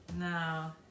No